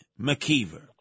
McKeever